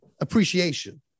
appreciation